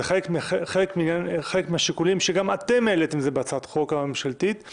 זה חלק מהשיקולים שגם אתם העליתם בהצעת החוק הממשלתית,